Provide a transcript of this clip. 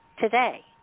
today